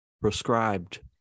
prescribed